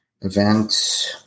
Events